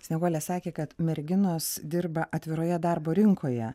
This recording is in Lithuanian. snieguolė sakė kad merginos dirba atviroje darbo rinkoje